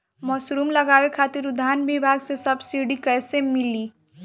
Mushroom लगावे खातिर उद्यान विभाग से सब्सिडी कैसे मिली?